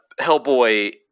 Hellboy